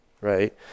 right